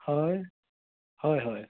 হয় হয় হয়